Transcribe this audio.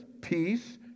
peace